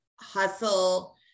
hustle